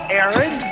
Aaron